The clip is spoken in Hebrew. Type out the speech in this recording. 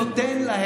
חברת הכנסת גוטליב.